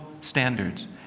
standards